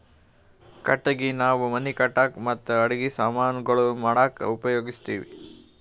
ಕಟ್ಟಗಿ ನಾವ್ ಮನಿ ಕಟ್ಟಕ್ ಮತ್ತ್ ಅಡಗಿ ಸಮಾನ್ ಗೊಳ್ ಮಾಡಕ್ಕ ಉಪಯೋಗಸ್ತಿವ್